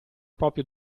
proprio